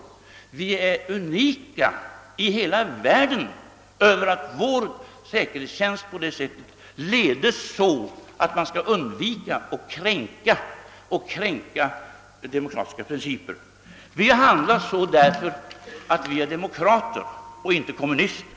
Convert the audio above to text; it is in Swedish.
Och vi är unika i hela världen därigenom att vår säkerhetstjänst ledes så att vi skall undvika att kränka demokratiska principer. Vi har handlat så därför att vi är demokrater, inte kommunister.